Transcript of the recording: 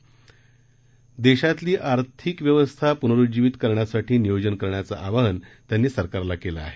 तसेच देशातली आर्थिक व्यवस्था प्नरुज्जीवित करण्यासाठी नियोजन करण्याचे आवाहन त्यांनी सरकारला केले आहे